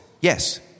Yes